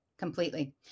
Completely